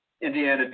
Indiana